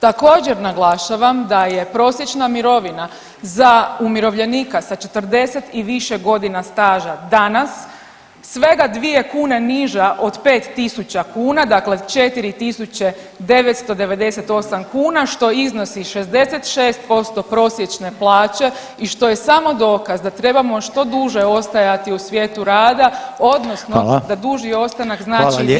Također naglašavam da je prosječna mirovina za umirovljenika sa 40 i više godina staža danas svega 2 kune niža od 5000 kuna, dakle 4998 kuna što iznosi 66% prosječne plaće i što je samo dokaz da trebamo što duže ostajati u svijetu rada, odnosno da duži ostanak znači i višu mirovinu.